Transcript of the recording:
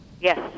Yes